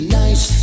nice